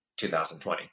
2020